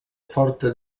forta